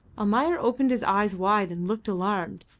almayer opened his eyes wide and looked alarmed.